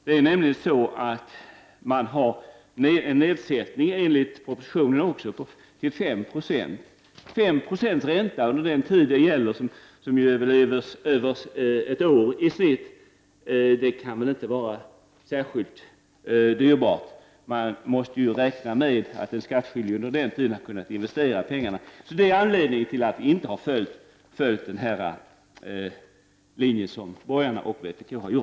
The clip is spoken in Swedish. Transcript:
Det är nämligen så, att nedsättning enligt propositionen sker till 5 96. 5 procents ränta under den tid det gäller, i genomsnitt över ett år, kan väl inte vara särskilt dyrt. Man måste ju räkna med att den skattskyldige under den tiden hade kunnat investera pengarna. Det är alltså anledningen till att vi inte har följt borgarnas och vpk:s linje.